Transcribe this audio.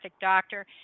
doctor